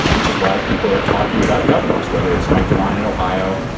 which is why people are talking about governors, whether it's mike dewine in ohio,